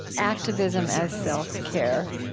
activism as self-care,